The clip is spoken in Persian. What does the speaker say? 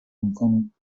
میکنیم